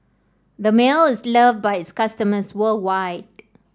Dermale is love by its customers worldwide